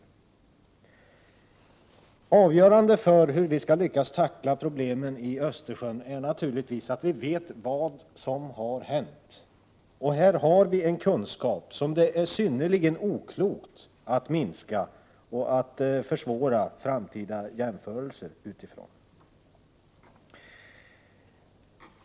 Det avgörande för hur vi skall lyckas tackla problemen i Östersjön är naturligtvis att vi vet vad som har hänt. Nu har vi en kunskap som det är synnerligen oklokt att minska och att försvåra framtida jämförelser utifrån.